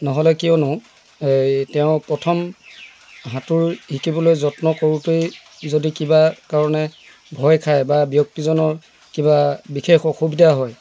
নহ'লে কিয়নো এই তেওঁ প্ৰথম সাঁতোৰ শিকিবলৈ যত্ন কৰোঁতেই যদি কিবা কাৰণে ভয় খায় বা ব্যক্তিজনৰ কিবা বিশেষ অসুবিধা হয়